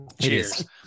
Cheers